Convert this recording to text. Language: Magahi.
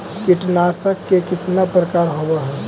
कीटनाशक के कितना प्रकार होव हइ?